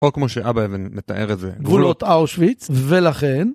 או כמו שאבא אבן מתאר את זה, גבולות אושוויץ, ולכן...